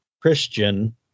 Christian